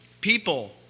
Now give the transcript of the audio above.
People